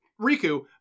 Riku